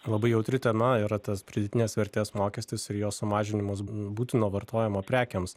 labai jautri tema yra tas pridėtinės vertės mokestis ir jo sumažinimas būtino vartojimo prekėms